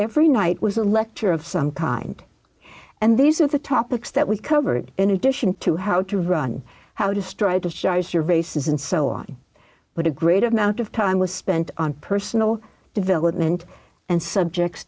every night was a lecture of some kind and these are the topics that we covered in addition to how to run how destroyed to share your races and so on but a great amount of time was spent on personal development and subjects